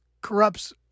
corrupts